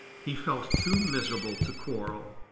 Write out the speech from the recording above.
he felt too miserable to quarrel.